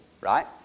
right